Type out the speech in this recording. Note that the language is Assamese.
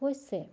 হৈছে